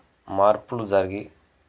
మార్పులు జరిగి